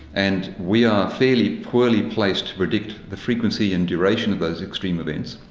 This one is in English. and we are fairly poorly placed to predict the frequency and duration of those extreme events,